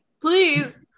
please